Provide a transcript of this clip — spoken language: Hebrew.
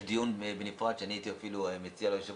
יש בנפרד דיון שאני הייתי מציע ליושב